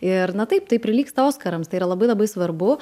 ir na taip tai prilygsta oskarams tai yra labai labai svarbu